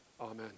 Amen